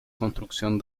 construcción